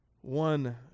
one